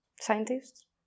scientists